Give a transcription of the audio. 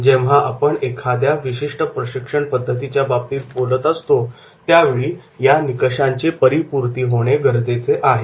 जेव्हा आपण एखाद्या विशिष्ट प्रशिक्षण पद्धतीच्याबाबतीत आपण बोलत असतो त्यावेळी या निकषांची परिपूर्ती होणे गरजेचे आहे